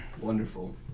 Wonderful